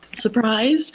surprised